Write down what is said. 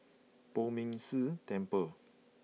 Poh Ming Tse Temple